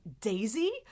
Daisy